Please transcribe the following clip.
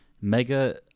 mega